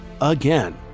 again